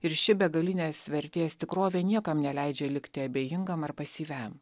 ir ši begalinės vertės tikrovė niekam neleidžia likti abejingam ar pasyviam